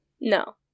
No